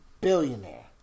billionaire